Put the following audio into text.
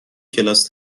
کلاس